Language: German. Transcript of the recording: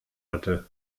hatte